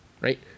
right